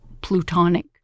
Plutonic